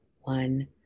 one